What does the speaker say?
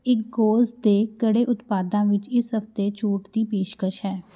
Eggoz ਦੇ ਕਿਹੜੇ ਉਤਪਾਦਾਂ ਵਿੱਚ ਇਸ ਹਫ਼ਤੇ ਛੋਟ ਦੀ ਪੇਸ਼ਕਸ਼ ਹੈ